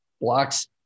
blocks